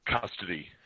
custody